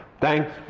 Thanks